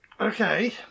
Okay